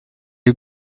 you